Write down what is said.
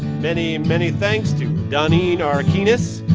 many, many thanks to doneen arquines.